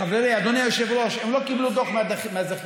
חברי, אדוני היושב-ראש, הם לא קיבלו דוח מהזכיין.